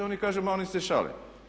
Oni kažu ma oni se šale.